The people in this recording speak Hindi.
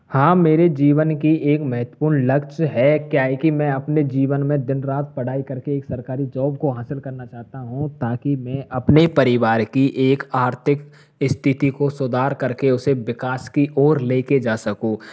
हाँ मेरे जीवन की एक महत्वपूर्ण लक्ष्य है क्या है कि मैं अपने जीवन में दिन रात पढ़ाई कर के एक सरकारी जॉब को हासिल करना चाहता हूँ ताकि मैं अपने परिवार की एक आर्थिक स्थिति को सुधार कर के उसे विकास की ओर ले के जा सकूँ